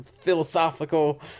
philosophical